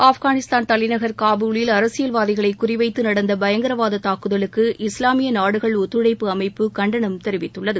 ஆப்கானிஸ்தான் தலைநகர் காபூலில் அரசியல் வாதிகளை குறி வைத்து நடந்த பயங்கரவாத தாக்குதலுக்கு இஸ்லாமிய நாடுகள் ஒத்துழைப்பு அமைப்பு கண்டனம் தெரிவித்துள்ளது